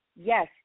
Yes